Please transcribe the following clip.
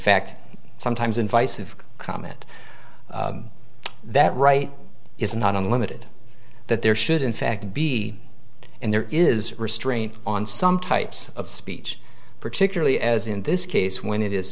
fact sometimes in vice of comment that right is not unlimited that there should in fact be and there is restraint on some types of speech particularly as in this case when it is